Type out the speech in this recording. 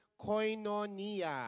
koinonia